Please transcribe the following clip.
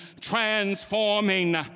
transforming